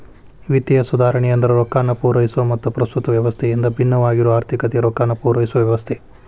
ವಿತ್ತೇಯ ಸುಧಾರಣೆ ಅಂದ್ರ ರೊಕ್ಕಾನ ಪೂರೈಸೊ ಮತ್ತ ಪ್ರಸ್ತುತ ವ್ಯವಸ್ಥೆಯಿಂದ ಭಿನ್ನವಾಗಿರೊ ಆರ್ಥಿಕತೆಗೆ ರೊಕ್ಕಾನ ಪೂರೈಸೊ ವ್ಯವಸ್ಥೆ